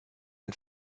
ein